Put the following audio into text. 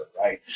right